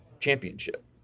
championship